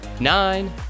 nine